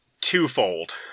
twofold